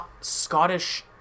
Scottish